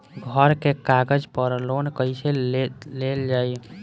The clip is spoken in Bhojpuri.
घर के कागज पर लोन कईसे लेल जाई?